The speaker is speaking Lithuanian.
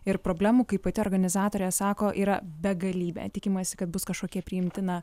ir problemų kaip pati organizatorė sako yra begalybė tikimasi kad bus kažkokia priimtina